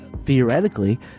theoretically